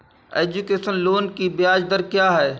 Education loan की ब्याज दर क्या है?